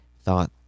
thought